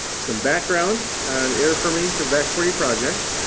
some background on air permitting for the back forty project.